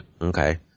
Okay